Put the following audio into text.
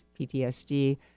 PTSD